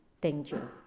danger